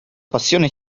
passione